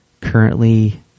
Currently